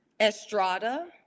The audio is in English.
Estrada